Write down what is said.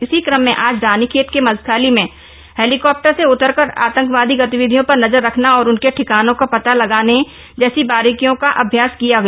इसी क्रम में आज रानीखेत के मजखाली में हेलीकॉप्टर से उतरकर आतंकवादी गतिविधियों पर नजर रखना और उनके ठिकानों का पता लगाने जैसी बारीकियों का अभ्यास किया गया